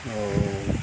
ଆଉ